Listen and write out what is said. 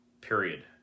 period